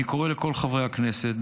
אני קורא לכל חברי הכנסת,